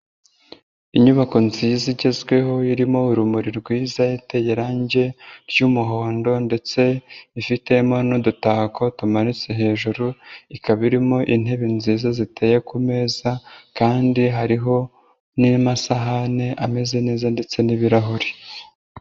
Inyubako nziza igezweho irimo urumuri rwiza, iteye irarangi ry'umuhondo ndetse ifitemo n'udutako tumanitse hejuru, ikaba irimo intebe nziza ziteye ku meza kandi hariho n'amasahani ameze neza ndetse n'ibirahuri.